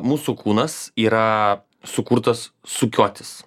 mūsų kūnas yra sukurtas sukiotis